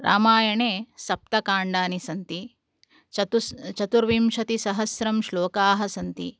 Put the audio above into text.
रामायणे सप्तकाण्डानि सन्ति चतुस् चतुर्विंशतिसहस्रं श्लोकाः सन्ति